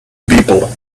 people